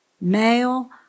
male